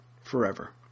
forever